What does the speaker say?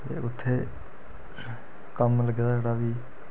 ते उत्थै कम्म लग्गे दा जेह्ड़ा बी